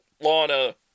Lana